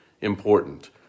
important